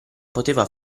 poteva